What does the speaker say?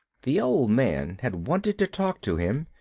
the old man had wanted to talk to him.